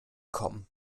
komm